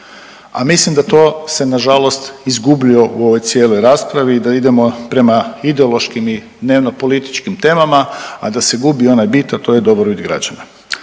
A mislim da to se na žalost izgubilo u ovoj cijeloj raspravi i da idemo prema ideološkim i dnevno-političkim temama, a da se gubi onaj bit a to je dobrobit građana.